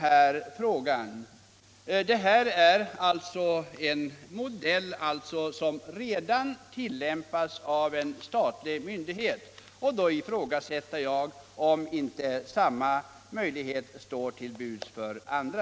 Det exempel jag tog visar att det finns en modell som redan tillämpas av en statlig myndighet. Jag ifrågasätter då om inte samma möjlighet står till buds för andra.